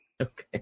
Okay